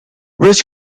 bridge